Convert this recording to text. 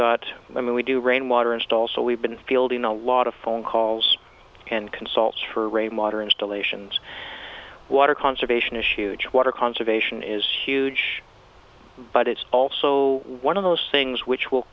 got i mean we do rain water and also we've been fielding a lot of phone calls and consults for rainwater installations water conservation issues water conservation is huge but it's also one of those things which will